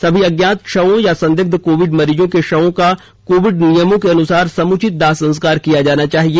सभी अज्ञात शवों या संदिग्ध कोविड मरीजों के शवों का कोविड नियमों के अनुसार समुचित दाह संस्कार किया जाना चाहिए